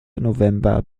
november